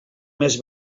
més